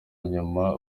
nyuma